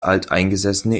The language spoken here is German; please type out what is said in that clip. alteingesessene